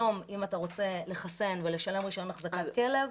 היום אם אתה רוצה לחסן ולשלם רישיון החזקת כלב,